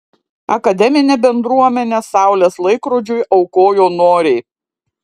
akademinė bendruomenė saulės laikrodžiui aukojo noriai